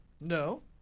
No